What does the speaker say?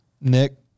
Nick